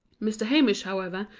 mr. hamish, however,